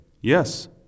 yes